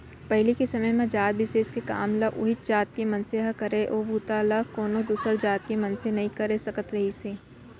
पहिली के समे म जात बिसेस के काम ल उहींच जात के मनसे ह करय ओ बूता ल कोनो दूसर जात के मनसे नइ कर सकत रिहिस हे